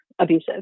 abusive